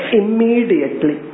immediately